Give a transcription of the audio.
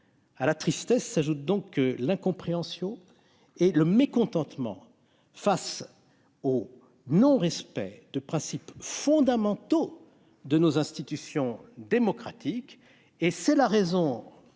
À la tristesse s'ajoutent donc l'incompréhension et le mécontentement face au non-respect de principes fondamentaux de nos institutions démocratiques. C'est la raison